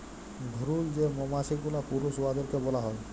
ভুরুল যে মমাছি গুলা পুরুষ উয়াদেরকে ব্যলা হ্যয়